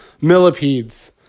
millipedes